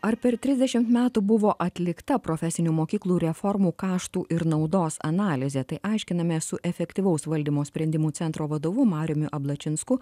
ar per trisdešimt metų buvo atlikta profesinių mokyklų reformų kaštų ir naudos analizė tai aiškinamės su efektyvaus valdymo sprendimų centro vadovu mariumi ablačinsku